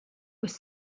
was